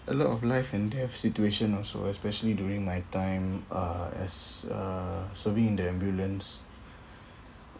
a lot of life and death situation also especially during my time uh as uh serving in the ambulance